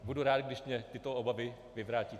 Budu rád, když mi tyto obavy vyvrátíte.